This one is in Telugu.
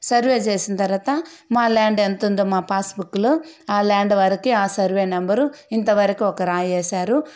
సర్వే చేసిన తర్వాత మా ల్యాండ్ ఎంతుందో మా పాస్ బుక్లో ఆ ల్యాండ్ వరకే ఆ సర్వే నెంబరు ఇంతవరకే ఒక రాయి వేశారు